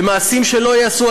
במעשים שלא ייעשו,